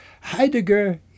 Heidegger